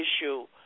issue